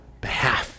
behalf